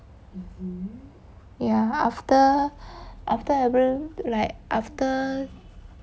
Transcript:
ya after after every like after